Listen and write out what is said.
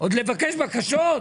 עוד לבקש בקשות?